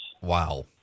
Wow